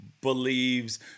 believes